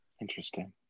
Interesting